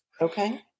okay